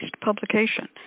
publication